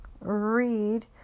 read